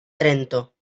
trento